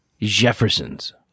Jeffersons